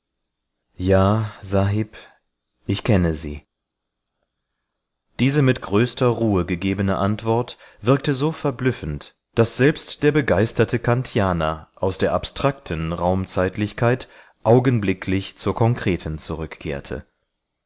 ja sahib ich kenne sie diese mit größter ruhe gegebene antwort wirkte so verblüffend daß selbst der begeisterte kantianer aus der abstrakten raum zeitlichkeit augenblicklich zur konkreten zurückkehrte